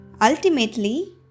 ultimately